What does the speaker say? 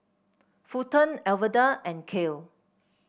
Fulton Alverda and Kael